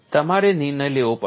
તમારે નિર્ણય લેવો પડશે